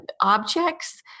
objects